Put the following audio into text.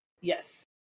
Yes